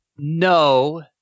No